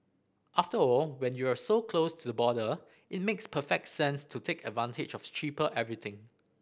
after all when you're so close to the border it makes perfect sense to take advantage of cheaper everything